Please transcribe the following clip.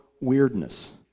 weirdness